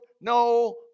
no